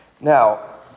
Now